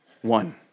one